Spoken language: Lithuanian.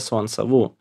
esu ant savų